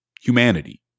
humanity